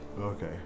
Okay